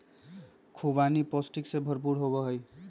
खुबानी पौष्टिक से भरपूर मेवा हई